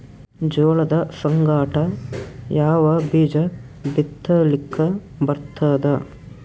ಜೋಳದ ಸಂಗಾಟ ಯಾವ ಬೀಜಾ ಬಿತಲಿಕ್ಕ ಬರ್ತಾದ?